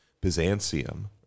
Byzantium